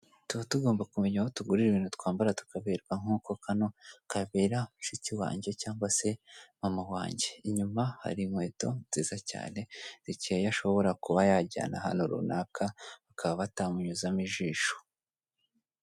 Tuba tugomba kumenya aho tugurira ibintu twambara tukaberwa nk'uko kano kabera mushiki wanjye cyangwa se mama wanjye, inyuma hari inkweto nziza cyane zikeye ashobora kuba yajyana ahantu runaka bakaba batamunyuzamo ijisho.